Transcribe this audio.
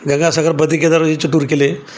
गंगा सगर बद्री केदारचे टूर केले